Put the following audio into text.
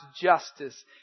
justice